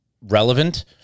relevant